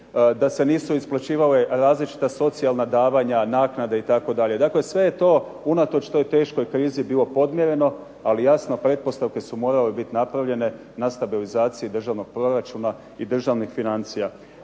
da se nisu isplaćivala različita socijalna davanja, naknade itd. Dakle, sve je to unatoč toj teškoj krizi bilo podmireno, ali jasno pretpostavke su morale biti napravljene na stabilizaciji državnog proračuna i državnih financija.